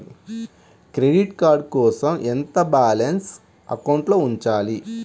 Credit card కోసం ఎంత balance అకౌంట్లో ఉంచాలి?